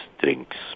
drinks